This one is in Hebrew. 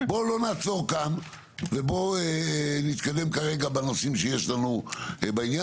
בואו לא נעצור כאן ובואו נתקדם כרגע בנושאים שיש לנו בעניין.